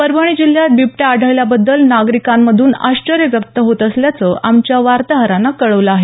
परभणी जिल्ह्यात बिबट्या आढळल्याबद्दल नागरिकांमधून आश्चर्य व्यक्त होत असल्याचं आमच्या वार्ताहरानं कळवलं आहे